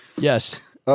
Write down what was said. Yes